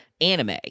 anime